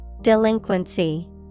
Delinquency